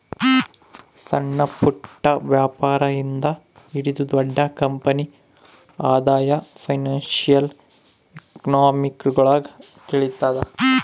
ಸಣ್ಣಪುಟ್ಟ ವ್ಯಾಪಾರಿ ಇಂದ ಹಿಡಿದು ದೊಡ್ಡ ಕಂಪನಿ ಆದಾಯ ಫೈನಾನ್ಶಿಯಲ್ ಎಕನಾಮಿಕ್ರೊಳಗ ತಿಳಿತದ